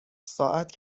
ساعت